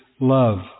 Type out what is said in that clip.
love